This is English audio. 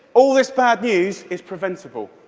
all this bad news, is preventable.